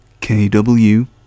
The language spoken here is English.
KW